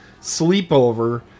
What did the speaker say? sleepover